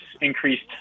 increased